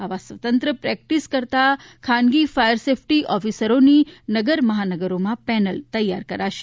આવા સ્વતંત્ર પ્રેકટિસ કરતા ખાનગી ફાયર સેફટી ઓફિસરોની નગર મહાનગરોમાં પેનલ તૈયાર કરાશે